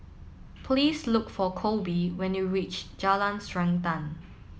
please look for Colby when you reach Jalan Srantan